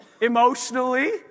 emotionally